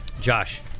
Josh